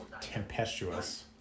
Tempestuous